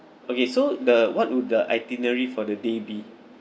okay so the what would the itinerary for the day be